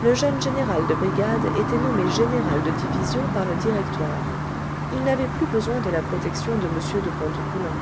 le jeune général de brigade était nommé général de division par le directoire il n'avait plus besoin de la protection de m de pontécoulant